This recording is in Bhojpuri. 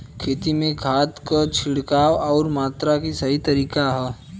खेत में खाद क छिड़काव अउर मात्रा क सही तरीका का ह?